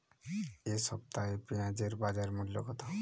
এ সপ্তাহে পেঁয়াজের বাজার মূল্য কত?